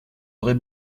aurez